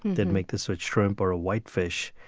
they'd make this with shrimp or a white fish,